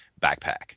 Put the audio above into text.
backpack